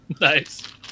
Nice